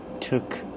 took